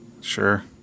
sure